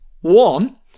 one